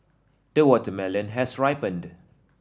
the watermelon has ripened